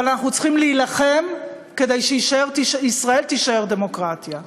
אבל אנחנו צריכים להילחם כדי שישראל תישאר דמוקרטיה.